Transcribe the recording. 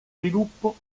sviluppo